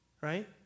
Right